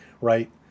right